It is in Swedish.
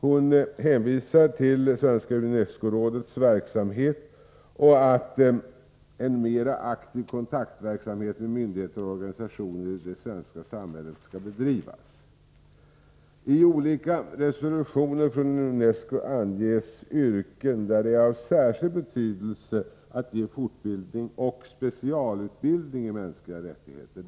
Hon hänvisar till Svenska UNESCO rådets verksamhet och till att en mera aktiv kontaktverksamhet med myndigheter och organisationer i det svenska samhället skall bedrivas. I olika resolutioner från UNESCO anges yrken där det är av särskild betydelse att ge fortbildning och specialutbildning i ämnet mänskliga rättigheter.